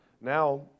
now